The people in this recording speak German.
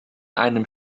einem